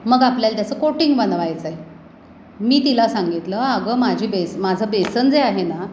मग आपल्याला त्याचं कोटिंग बनवायचं आहे मी तिला सांगितलं आगं माझी बेस माझं बेसन जे आहे ना